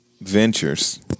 ventures